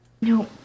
No